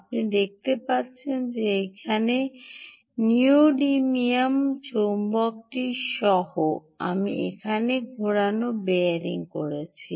আপনি দেখতে পাচ্ছেন যে এখানে নীডোডিয়াম চৌম্বকটি সহ আমি এখানে ঘোরানো বেয়ারিং করেছি